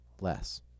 less